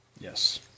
Yes